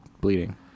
bleeding